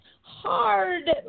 Hard